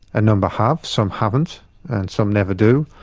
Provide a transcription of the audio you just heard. a number have, some haven't and some never do.